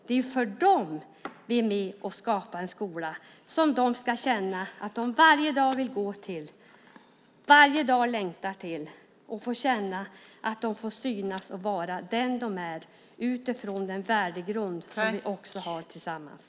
Det är för dem vi är med och skapar en skola som de ska känna att de varje dag vill gå till, varje dag längtar till, och där de känner att de får synas och vara de som de är utifrån den värdegrund som vi har tillsammans.